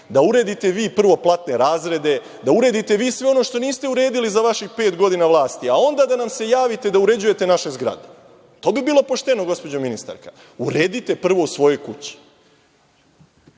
Uredite platne razrede, uredite sve ono što niste uredili za vaših pet godina vlasti, a onda nam se javite da uređujete naše zgrade. To bi bilo pošteno, gospođo ministarka. Uredite prvo u svojoj kući.